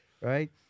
right